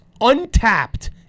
untapped